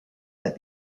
that